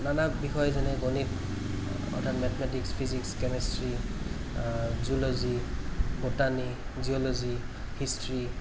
নানা বিষয় যেনে গণিত অৰ্থাৎ mathematics physics chemistry zoology botany geology history